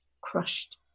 crushed